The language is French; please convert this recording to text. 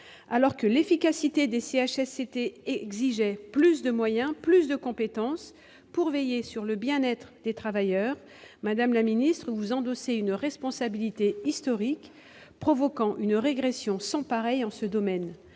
Alors que l'efficacité des CHSCT exigeait plus de moyens, plus de compétences pour veiller sur le bien-être des travailleurs, madame la ministre, vous endossez une responsabilité historique en provoquant une régression sans pareil en ce domaine.